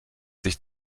sich